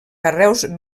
carreus